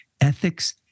ethics